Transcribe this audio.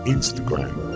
Instagram